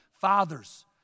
Fathers